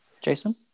Jason